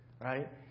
Right